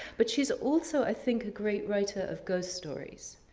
but she's also i think a great writer of ghost stories.